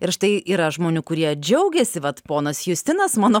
ir štai yra žmonių kurie džiaugiasi vat ponas justinas mano